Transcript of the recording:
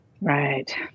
Right